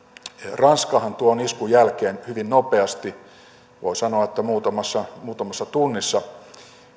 ranskahan tuon iskun jälkeen hyvin nopeasti voi sanoa että muutamassa tunnissa